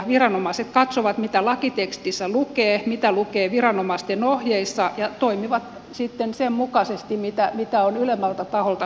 viranomaiset katsovat mitä lakitekstissä lukee mitä lukee viranomaisten ohjeissa ja toimivat sitten sen mukaisesti mitä on ylemmältä taholta säädetty